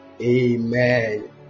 Amen